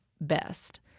best